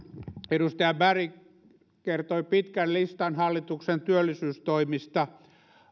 edustaja berg kertoi pitkän listan hallituksen työllisyystoimista